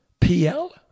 PL